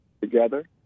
together